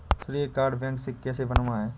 श्रेय card bank से कैसे बनवाएं?